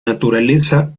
naturaleza